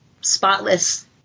spotless